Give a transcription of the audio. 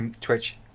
Twitch